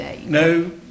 No